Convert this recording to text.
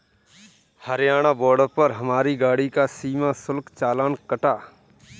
Haryana border पर हमारी गाड़ी का सीमा शुल्क चालान कटा